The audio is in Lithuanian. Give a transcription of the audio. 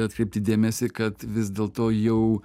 atkreipti dėmesį kad vis dėlto jau